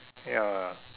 ya